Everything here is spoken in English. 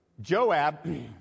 Joab